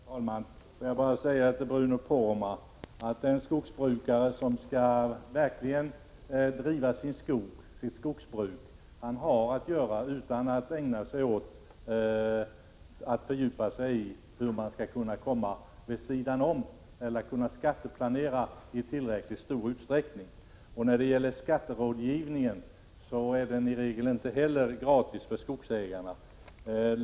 Herr talman! Låt mig bara säga till Bruno Poromaa att den skogsbrukare som verkligen vill driva sitt skogsbruk har nog att göra utan att behöva fördjupa sig i hur man skall kunna skatteplanera i tillräckligt stor utsträckning. Skatterådgivningen är i regel inte heller gratis för skogsägarna.